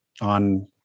on